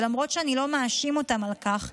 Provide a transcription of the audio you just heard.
ולמרות שאני לא מאשים אותם בכך,